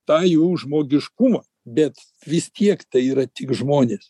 tą jų žmogiškumą bet vis tiek tai yra tik žmonės